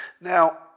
Now